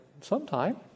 sometime